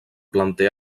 planter